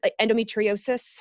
endometriosis